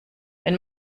wenn